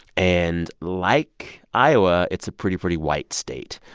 and like iowa, it's a pretty, pretty white state.